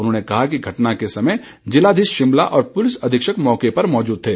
उन्होंने कहा कि घटना के समय जिलाधीश शिमला और पुलिस अधीक्षक मौके पर मौजूद थे